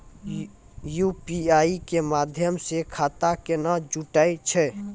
UPI के माध्यम से खाता केना जुटैय छै?